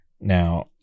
now